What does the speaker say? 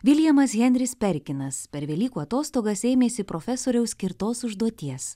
viljamas henris perkinas per velykų atostogas ėmėsi profesoriaus skirtos užduoties